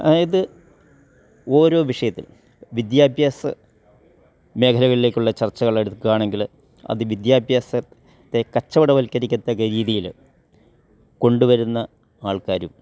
അതായത് ഓരോ വിഷയത്തിലും വിദ്യാഭ്യാസ മേഖലകളിലേക്കുള്ള ചർച്ചകൾ എടുക്കാണെങ്കിൽ അത് വിദ്യാഭ്യാസത്തെ കച്ചവടവൽക്കരിക്കത്തക്ക രീതിയിൽ കൊണ്ട് വരുന്ന ആൾക്കാരും